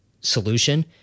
solution